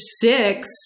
six